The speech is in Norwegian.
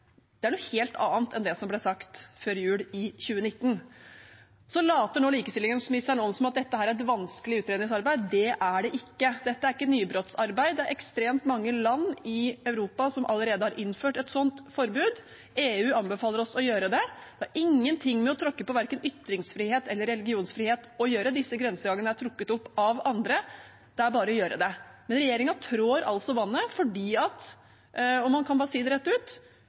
det eller ikke. Det er noe helt annet enn det som ble sagt før jul i 2019. Nå later likestillingsministeren som om dette er et vanskelig utredningsarbeid. Det er det ikke. Dette er ikke nybrottsarbeid. Det er ekstremt mange land i Europa som allerede har innført et slikt forbud. EU anbefaler oss å gjøre det. Det har ingenting med å tråkke på verken ytringsfrihet eller religionsfrihet å gjøre. Disse grensegangene er trukket opp av andre. Det er bare å gjøre det. Men regjeringen trår altså vannet fordi – og man kan bare si det rett ut